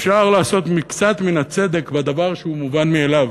אפשר לעשות מקצת מן הצדק בדבר שהוא מובן מאליו.